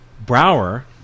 Brower